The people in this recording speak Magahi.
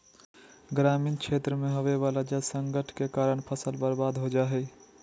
ग्रामीण क्षेत्र मे होवे वला जल संकट के कारण फसल बर्बाद हो जा हय